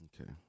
Okay